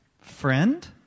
Friend